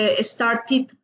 started